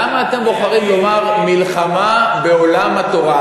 למה אתם בוחרים לומר "מלחמה בעולם התורה"?